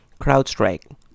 CrowdStrike